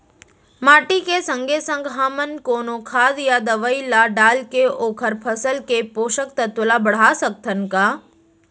माटी के संगे संग हमन कोनो खाद या दवई ल डालके ओखर फसल के पोषकतत्त्व ल बढ़ा सकथन का?